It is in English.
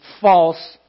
false